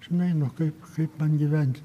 žinai nu kaip kaip man gyvent